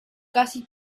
casi